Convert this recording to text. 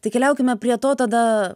tai keliaukime prie to tada